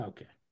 Okay